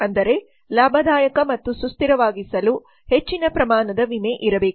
ಅಂದರೆ ಲಾಭದಾಯಕ ಮತ್ತು ಸುಸ್ಥಿರವಾಗಿಸಲು ಹೆಚ್ಚಿನ ಪ್ರಮಾಣದ ವಿಮೆ ಇರಬೇಕು